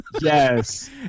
yes